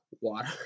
water